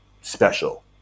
special